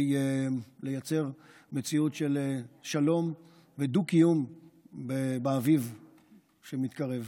לייצר מציאות של שלום ודו-קיום באביב שמתקרב.